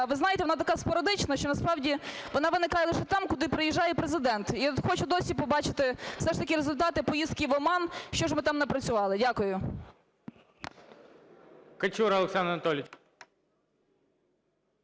ви знаєте, вона така спорадична, що насправді вона виникає лише там, куди приїжджає Президент. І хочу досі побачити все ж таки результати поїздки в Оман, що ж ви там напрацювали. Дякую.